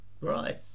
right